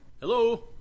Hello